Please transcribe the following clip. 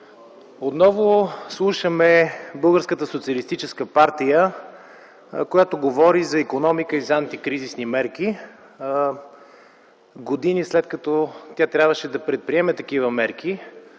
партия, която говори за икономика и за антикризисни мерки години, след като тя трябваше да предприеме такива мерки,